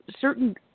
certain